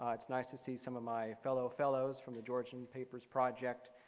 ah it's nice to see some of my fellow fellows from the georgian papers project.